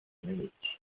munich